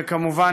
וכמובן,